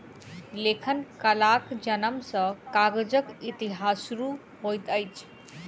लेखन कलाक जनम सॅ कागजक इतिहास शुरू होइत अछि